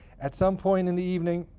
at some point in the evening,